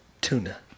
Tuna